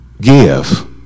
Give